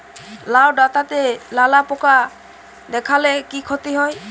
লাউ ডাটাতে লালা পোকা দেখালে কি ক্ষতি হয়?